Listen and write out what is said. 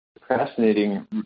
procrastinating